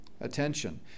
attention